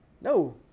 no